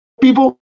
people